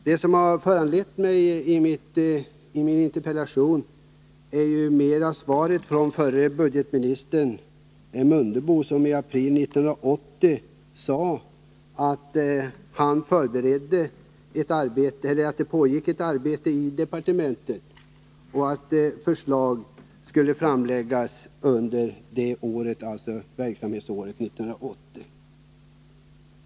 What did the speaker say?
Det som har föranlett min interpellation är svaret från förre budgetministern Mundebo, som i april 1980 sade att det pågick ett arbete i departementet och att förslag skulle framläggas under år 1980.